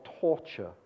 torture